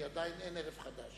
כי עדיין אין "ערב חדש".